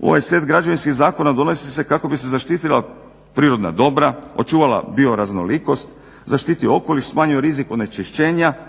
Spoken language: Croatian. Ovaj set građevinskih zakona donosi se kako bi se zaštitila prirodna dobra, očuvala bioraznolikost, zaštitio okoliš, smanjio rizik onečišćenja,